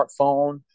smartphone